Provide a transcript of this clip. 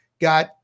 got